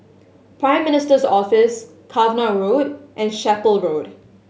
Prime Minister's Office Cavenagh Road and Chapel Road